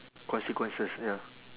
consequences ya